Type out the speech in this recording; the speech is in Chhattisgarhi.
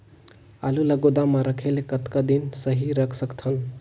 आलू ल गोदाम म रखे ले कतका दिन सही रख सकथन?